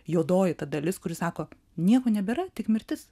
juodoji ta dalis kuri sako nieko nebėra tik mirtis